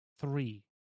three